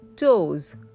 Toes